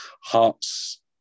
Hearts